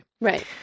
Right